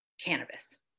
cannabis